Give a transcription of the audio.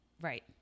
Right